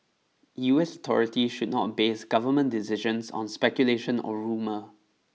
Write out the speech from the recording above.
U S authorities should not base government decisions on speculation or rumour